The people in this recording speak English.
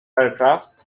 aircraft